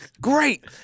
Great